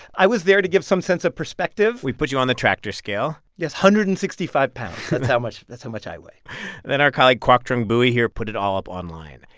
i was there to give some sense of perspective we put you on the tractor scale yes, one hundred and sixty five pounds. that's how much that's how much i weigh then our colleague, quoctrung bui, here put it all up online.